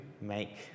make